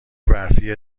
برفی